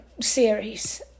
series